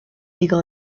legal